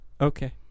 Okay